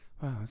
Wow